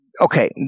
okay